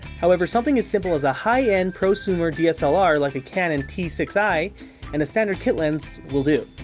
however, something as simple as high-end, prosumer dslr like a canon t six i and a standard kit lens will do.